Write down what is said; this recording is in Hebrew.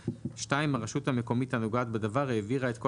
(2) הרשות המקומית הנוגעת בדבר העבירה את כל